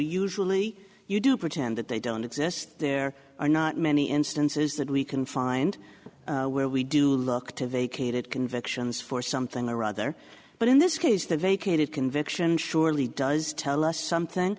usually you do pretend that they don't exist there are not many instances that we can find where we do look to vacated convictions for something or other but in this case the vacated conviction surely does tell us something